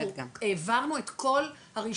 אנחנו העברנו את כל הרישומים,